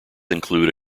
include